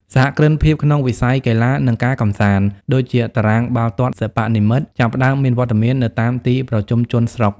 សហគ្រិនភាពក្នុងវិស័យ "កីឡា និងការកម្សាន្ត" ដូចជាតារាងបាល់ទាត់សិប្បនិម្មិត ចាប់ផ្ដើមមានវត្តមាននៅតាមទីប្រជុំជនស្រុក។